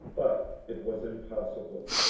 but it was impossible,